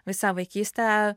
visą vaikystę